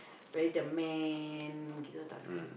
very the man kita tak suka